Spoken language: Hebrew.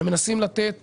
ומנסים לתת